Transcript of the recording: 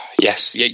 Yes